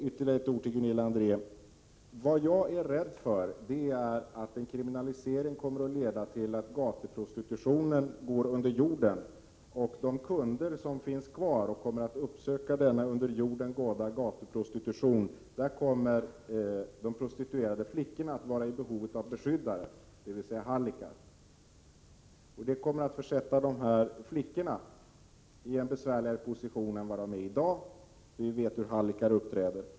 Ytterligare ett ord till Gunilla André. Vad jag är rädd för är att en kriminalisering kommer att leda till att gatuprostitutionen går under jorden. Där kommer de prostituerade flickorna att vara i behov av beskyddare, dvs. hallickar. Det kommer att försätta flickorna i en besvärligare position än de har i dag. Vi vet hur hallickar uppträder.